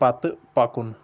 پتہٕ پکُن